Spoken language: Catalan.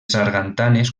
sargantanes